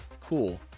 cool